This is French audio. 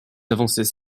avancées